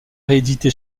réédité